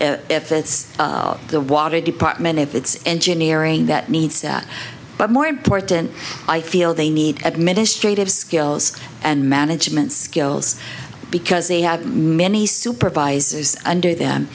if it's the water department if it's engineering that needs that but more important i feel they need administrative skills and management skills because they have many supervisors under them